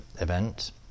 event